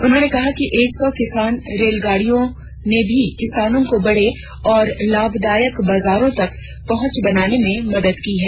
उन्होंने कहा कि एक र्सो किसान रेलगाड़ियों ने भी किसानों को बड़े और लाभदायक बाजारों तक पहुंच बनाने में मदद की है